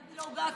גם אביא לו עוגה.